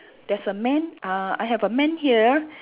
there's a man uh I have a man here